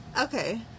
Okay